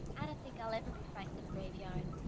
don't think i'll ever be frightened of graveyards